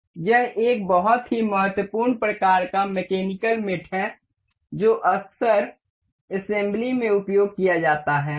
यह एक बहुत ही महत्वपूर्ण प्रकार का मैकेनिकल मेट है जो अक्सर असेम्ब्ली में उपयोग किया जाता है